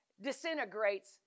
disintegrates